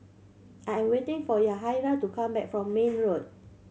I am waiting for Yahaira to come back from Mayne Road